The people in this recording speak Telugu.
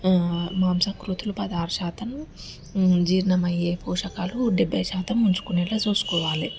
మాంసాకృతులు పదహారు శాతం జీర్ణం అయ్యే పోషకాలు డెబ్బై శాతం ఉంచుకునేలా చూసుకోవాలి